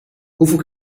hoeveel